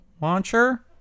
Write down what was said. launcher